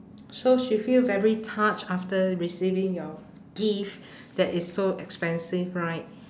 so she feel very touched after receiving your gift that it's so expensive right